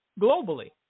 globally